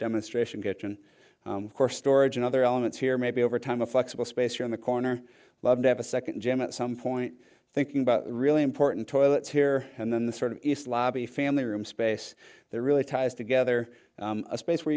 demonstration kitchen for storage and other elements here maybe over time a flexible space around the corner love to have a second gym at some point thinking about really important toilets here and then the sort of lobby family room space there really ties together a space where